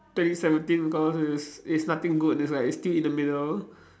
twenty seventeen because it's it's nothing good that's like still in the middle